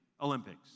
Olympics